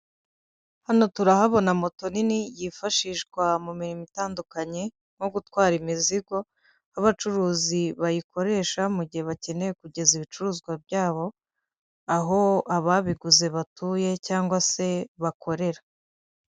Hano turahabona moto nini yifashishwa mu mirimo itandukanye, nko gutwara imizigo aho abacuruzi bayikoresha mu gihe bakeneye kugeza ibicuruzwa byabo, aho ababiguze batuye cyangwa se bakorera.